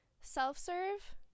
self-serve